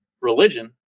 religion